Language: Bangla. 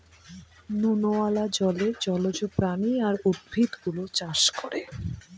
নুনওয়ালা জলে জলজ প্রাণী আর উদ্ভিদ গুলো চাষ করে